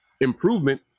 improvement